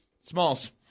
Smalls